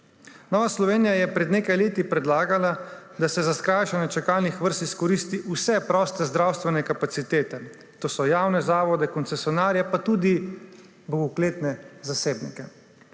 Nova Slovenija je pred nekaj leti predlagala, da se za skrajšanje čakalnih vrst izkoristi vse proste zdravstvene kapacitete, to je javne zavode, koncesionarje, pa tudi bogokletne zasebnike.